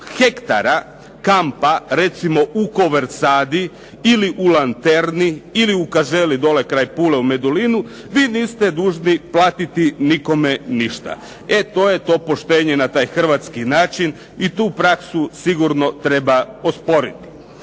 hektara kampa recimo u Koversadi ili u Lanterni, ili u Kaželi dole kraj Pule u Medulinu vi niste dužni platiti nikome ništa. E to je to poštenje na taj hrvatski način i tu praksu sigurno treba osporiti.